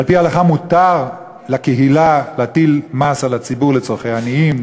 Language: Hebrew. על-פי ההלכה מותר לקהילה להטיל מס על הציבור לצורכי עניים,